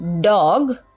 dog